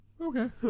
okay